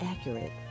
accurate